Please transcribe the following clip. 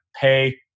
pay